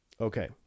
Okay